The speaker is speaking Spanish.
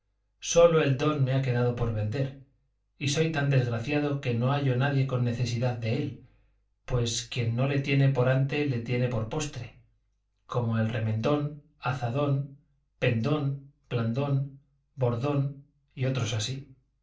sólo el don me ha quedado por vender y soy tan desgraciado que no hallo nadie con necesidad de él pues quien no le tiene por ante le tiene por postre como el remendón azadón pendón blandón bordón y otros así